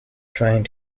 trying